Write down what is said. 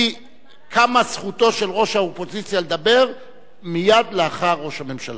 קמה זכותו של ראש האופוזיציה לדבר מייד לאחר ראש הממשלה.